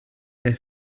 their